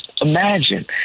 Imagine